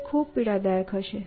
તે ખૂબ પીડાદાયક હશે